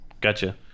gotcha